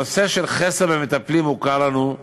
הנושא של מחסור במטפלים מוכר לנו,